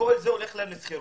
כל זה הולך להם לשכירות.